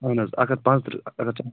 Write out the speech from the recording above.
اہن حظ اَکھ ہتھ پانٛژٕ تٕرٛہ اَکھ ہتھ